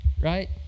right